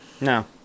no